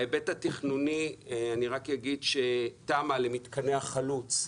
בהיבט התכנוני, אני רק אגיד שתמ"א למתקני החלוץ,